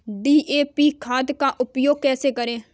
DAP खाद का उपयोग कैसे करें?